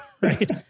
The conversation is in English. Right